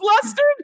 flustered